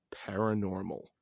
paranormal